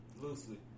loosely